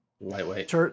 lightweight